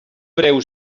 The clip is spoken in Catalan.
breu